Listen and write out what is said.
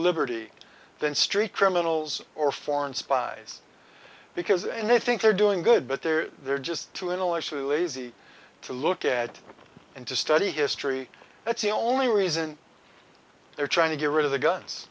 liberty than street criminals or foreign spies because they may think they're doing good but they're they're just too intellectually lazy to look at and to study history that's the only reason they're trying to get rid of the guns